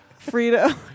Frito